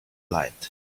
light